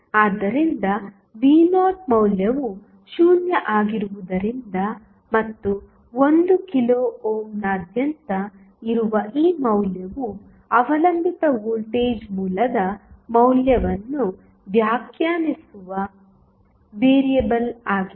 ಆದ್ದರಿಂದ v0 ಮೌಲ್ಯವು 0 ಆಗಿರುವುದರಿಂದ ಮತ್ತು 1 ಕಿಲೋ ಓಮ್ನಾದ್ಯಂತ ಇರುವ ಈ ಮೌಲ್ಯವು ಅವಲಂಬಿತ ವೋಲ್ಟೇಜ್ ಮೂಲದ ಮೌಲ್ಯವನ್ನು ವ್ಯಾಖ್ಯಾನಿಸುವ ವೇರಿಯೇಬಲ್ ಆಗಿದೆ